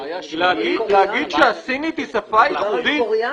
--- להגיד שהסינית היא שפה ייחודית,